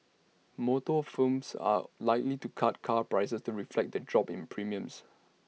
motor firms are likely to cut car prices to reflect the drop in premiums